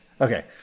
Okay